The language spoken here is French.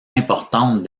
importante